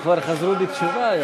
הם כבר חזרו בתשובה.